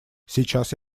сейчас